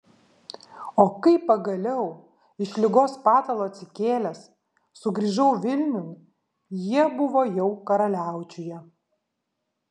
o kai pagaliau iš ligos patalo atsikėlęs sugrįžau vilniun jie buvo jau karaliaučiuje